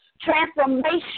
transformation